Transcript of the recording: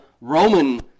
Roman